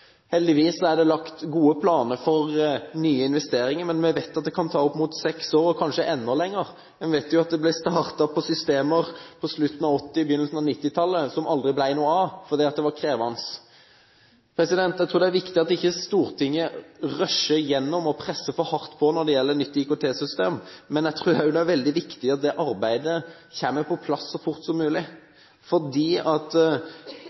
er det lagt gode planer for nye investeringer. Men vi vet at det kan ta opp mot seks år – kanskje enda lenger. Vi vet at det ble startet systemer på slutten av 1980- og begynnelsen av 1990-tallet som aldri ble noe av, fordi det var krevende. Jeg tror det er viktig at ikke Stortinget rusher igjennom og presser for hardt på når det gjelder nytt IKT-system. Men jeg tror også det er veldig viktig at det arbeidet kommer på plass så fort som mulig, fordi det at